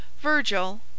VIRGIL